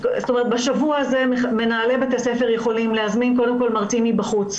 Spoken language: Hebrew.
בשבוע הזה מנהלי בתי הספר יכולים להזמין מרצים מבחוץ.